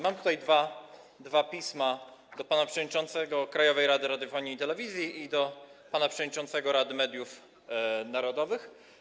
Mam tutaj dwa pisma, do pana przewodniczącego Krajowej Rady Radiofonii i Telewizji i do pana przewodniczącego Rady Mediów Narodowych.